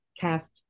cast